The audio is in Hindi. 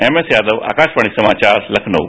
एमएस यादव आकाशवाणी समाचार लखनऊ